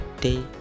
day